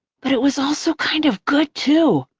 but it was also kind of good, too.